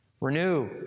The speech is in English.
Renew